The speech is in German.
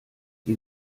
die